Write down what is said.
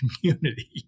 community